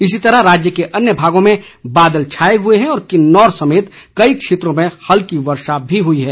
इसी तरह राज्य के अन्य भागों में बादल छाए हुए हैं और किन्नौर समेत कई क्षेत्रों में हल्की वर्षा भी हुई है